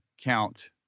count